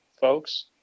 folks